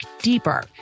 deeper